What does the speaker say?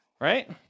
Right